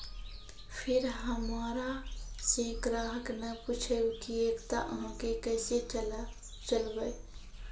फिर हमारा से ग्राहक ने पुछेब की एकता अहाँ के केसे चलबै?